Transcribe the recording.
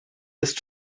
ist